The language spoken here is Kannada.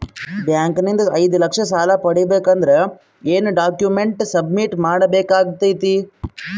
ಬ್ಯಾಂಕ್ ನಿಂದ ಐದು ಲಕ್ಷ ಸಾಲ ಪಡಿಬೇಕು ಅಂದ್ರ ಏನ ಡಾಕ್ಯುಮೆಂಟ್ ಸಬ್ಮಿಟ್ ಮಾಡ ಬೇಕಾಗತೈತಿ?